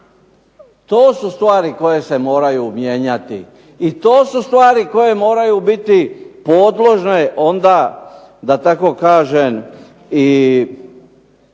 To su stvari koje se moraju mijenjati. I to su stvari koje moraju biti podložne onda da tako kažem i